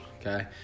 okay